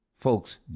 Folks